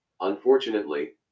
Unfortunately